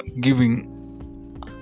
giving